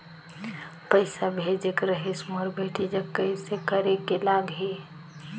पइसा भेजेक रहिस मोर बेटी जग कइसे करेके लगही?